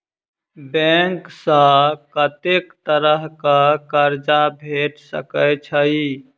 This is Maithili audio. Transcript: बैंक सऽ कत्तेक तरह कऽ कर्जा भेट सकय छई?